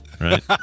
Right